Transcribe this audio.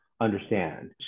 understand